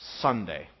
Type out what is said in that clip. Sunday